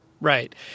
Right